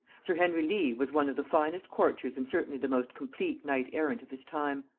sir henry lee was one of the finest courtiers and certainly the most complete knight-errant of his time.